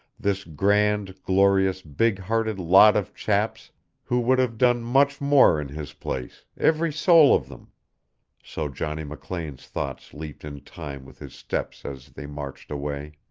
this grand, glorious, big-hearted lot of chaps who would have done much more in his place, every soul of them so johnny mclean's thoughts leaped in time with his steps as they marched away.